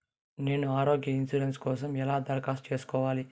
నేను ఆరోగ్య ఇన్సూరెన్సు కోసం ఎలా దరఖాస్తు సేసుకోవాలి